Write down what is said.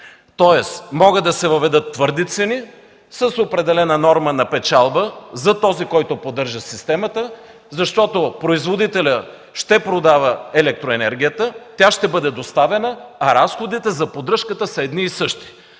Тоест могат да се въведат твърди цени с определена норма на печалба за този, който поддържа системата, защото производителят ще продава електроенергията. Тя ще бъде доставена, а разходите за поддръжката са едни и същи.